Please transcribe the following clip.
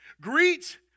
Greet